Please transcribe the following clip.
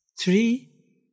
Three